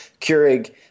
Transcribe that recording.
Keurig